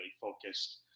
focused